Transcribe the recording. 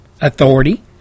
authority